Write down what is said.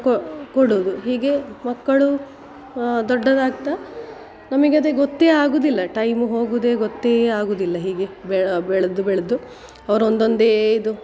ಕೊ ಕೊಡುವುದು ಹೀಗೆ ಮಕ್ಕಳು ದೊಡ್ಡವರಾಗ್ತಾ ನಮಿಗೆ ಅದೇ ಗೊತ್ತೇ ಆಗುವುದಿಲ್ಲ ಟೈಮು ಹೋಗುವುದೇ ಗೊತ್ತೇ ಆಗುವುದಿಲ್ಲ ಹೀಗೆ ಬೆಳ್ದು ಬೆಳೆದು ಅವ್ರ ಒಂದೊಂದೇ ಇದು